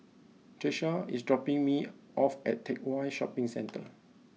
Tiesha is dropping me off at Teck Whye Shopping Centre